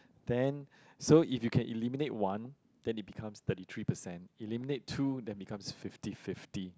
then so if you can eliminate one then it becomes thirty three percent eliminate two then becomes fifty fifty